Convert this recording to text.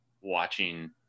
watching